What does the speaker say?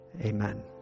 Amen